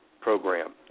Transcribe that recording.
Program